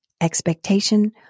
expectation